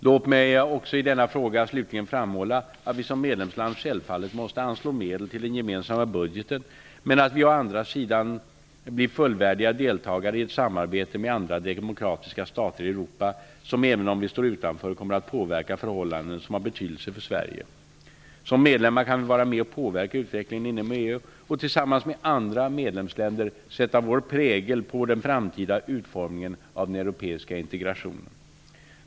Låt mig också i denna fråga slutligen framhålla att vi som medlemsland självfallet måste anslå medel till den gemensamma budgeten men att vi å andra sidan blir fullvärdiga deltagare i ett samarbete med andra demokratiska stater i Europa som även om vi står utanför kommer att påverka förhållanden som har betydelse för Sverige. Som medlemmar kan vi vara med och påverka utvecklingen inom EU och tillsammans med andra medlemsländer sätta vår prägel på den framtida utformningen av den europeiska integrationen.